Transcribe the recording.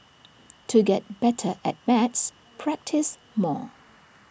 to get better at maths practise more